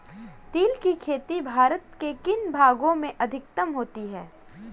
तिल की खेती भारत के किन भागों में अधिकतम होती है?